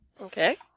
Okay